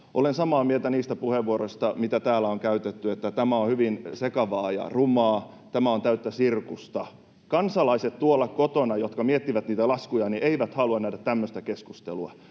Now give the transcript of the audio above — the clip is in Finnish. Olen samaa mieltä niistä puheenvuoroista, mitä täällä on käytetty, että tämä on hyvin sekavaa ja rumaa, tämä on täyttä sirkusta. Kansalaiset, jotka tuolla kotona miettivät niitä laskuja, eivät halua nähdä tämmöistä keskustelua.